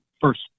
first